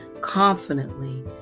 Confidently